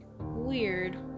Weird